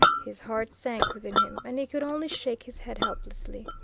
his heart sank within him, and he could only shake his head helplessly.